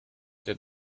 der